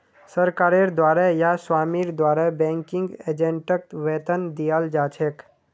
सरकारेर द्वारे या स्वामीर द्वारे बैंकिंग एजेंटक वेतन दियाल जा छेक